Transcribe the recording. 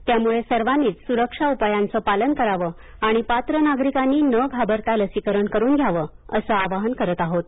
त्यामुळे सर्वांनीच सुरक्षा उपायांचं पालन करावं आणि पात्र नागरिकांनी न घाबरता लसीकरण करून घ्यावं असं आवाहन करत आहोत